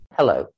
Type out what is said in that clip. Hello